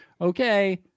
Okay